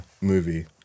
movie